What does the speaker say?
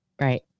Right